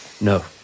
No